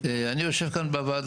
אני לא אומר לשים את הראש באדמה,